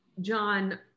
John